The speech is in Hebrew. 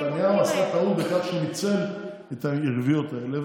נתניהו עשה טעות בכך שניצל את היריבויות האלה.